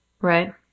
Right